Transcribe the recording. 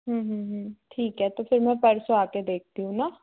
ठीक है तो फिर मैं परसों आके देखती हूँ ना